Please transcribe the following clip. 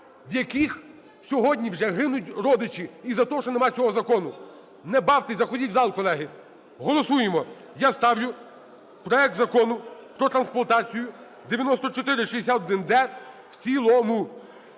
в яких сьогодні вже гинуть родичі із-за того, що нема цього закону. Не бавтесь, заходіть в зал, колеги. Голосуємо. Я ставлю проект Закону про трансплантацію (9461-д) в цілому.